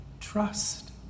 Trust